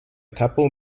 couple